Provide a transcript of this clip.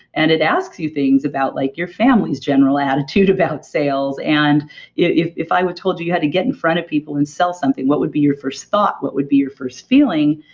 and it asks you things about like your family's general attitude about sales. and if if i told you you had to get in front of people and sell something, what would be your first thought? what would be your first feeling?